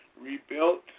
rebuilt